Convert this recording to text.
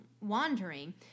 wandering